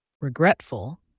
Regretful